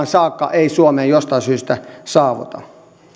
saakka ei kuitenkaan suomeen jostain syystä saavuta